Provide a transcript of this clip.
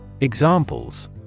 Examples